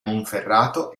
monferrato